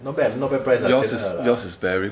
not bad not bad price 算了 lah